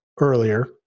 earlier